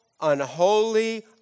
unholy